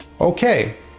Okay